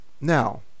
Now